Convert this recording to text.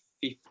fifth